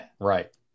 Right